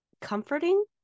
comforting